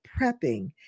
prepping